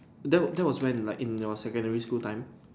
that that was when like in your secondary school time